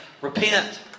Repent